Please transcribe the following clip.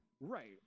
Right